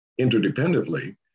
interdependently